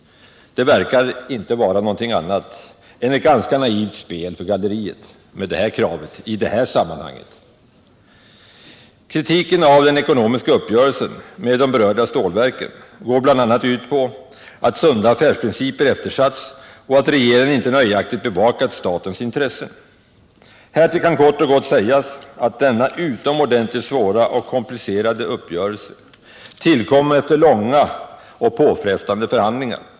Det här kravet i det här sammanhanget verkar inte handla om något annat än ett ganska naivt spel för galleriet. Kritiken av den ekonomiska uppgörelsen med de berörda stålverken går bl.a. ut på att sunda affärsprinciper eftersatts och att regeringen inte nöjaktigt bevakat statens intressen. Härtill kan man kort och gott säga att denna utomordentligt svåra och komplicerade uppgörelse tillkom efter långa och påfrestande förhandlingar.